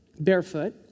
Barefoot